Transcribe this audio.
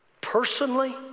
personally